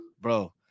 bro